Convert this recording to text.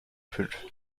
fünf